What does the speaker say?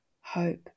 hope